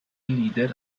lider